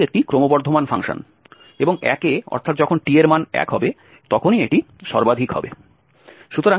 এটি একটি ক্রমবর্ধমান ফাংশন এবং 1 এ অর্থাৎ যখন t এর মান 1 হবে তখন এটি সর্বাধিক হবে